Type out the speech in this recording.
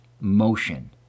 motion